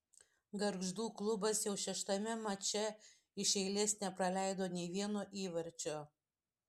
gargždų klubas jau šeštame mače iš eilės nepraleido nei vieno įvarčio